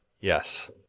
Yes